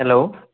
hello